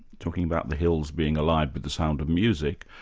talking about the hills being alive with the sound of music,